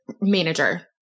manager